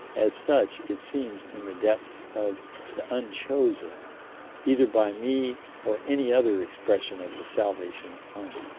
as such, it seems in the depths of the unchosen, either by me or any other expression of the salvation army.